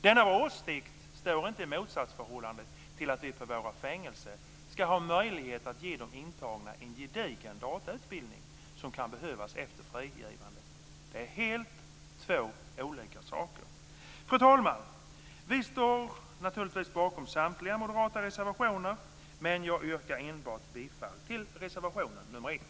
Denna åsikt står inte i motsatsförhållande till att vi i våra fängelser ska ha möjlighet att ge intagna en gedigen datautbildning som kan behövas efter frigivandet. Det är två helt olika saker. Fru talman! Vi står bakom samtliga moderata reservationer, men jag yrkar bifall enbart till reservation nr 1.